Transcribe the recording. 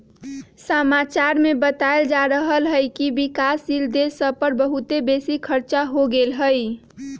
समाचार में बतायल जा रहल हइकि विकासशील देश सभ पर बहुते बेशी खरचा हो गेल हइ